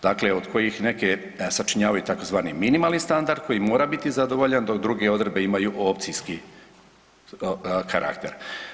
Dakle, od kojih neke sačinjavaju tzv. minimalni standard koji mora biti zadovoljen dok druge odredbe imaju opcijski karakter.